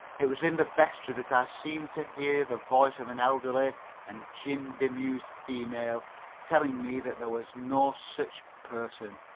it was in the vestry that i seemed to hear the voice of an elderly and gin-bemused female telling me that there was no sich person.